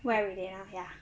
wear retainer ya